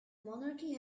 monarchy